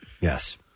yes